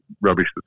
rubbish